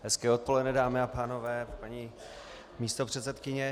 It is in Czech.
Hezké odpoledne, dámy a pánové, paní místopředsedkyně.